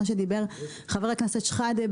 מה שדיבר חבר הכנסת שחאדה.